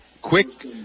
Quick